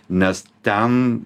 nes ten